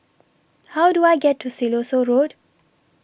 How Do I get to Siloso Road